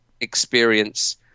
experience